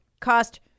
cost